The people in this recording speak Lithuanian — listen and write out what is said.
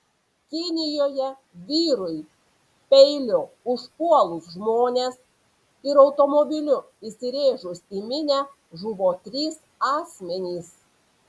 kinijoje vyrui peiliu užpuolus žmones ir automobiliu įsirėžus į minią žuvo trys asmenys